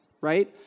right